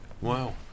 Wow